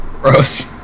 Gross